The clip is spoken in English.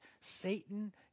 Satan